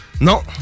Non